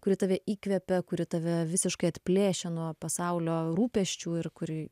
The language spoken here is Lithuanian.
kuri tave įkvepia kuri tave visiškai atplėšia nuo pasaulio rūpesčių ir kuri